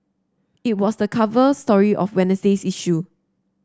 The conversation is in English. it was the cover story of Wednesday's issue